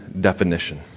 definition